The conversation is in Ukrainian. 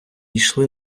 йшли